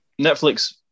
Netflix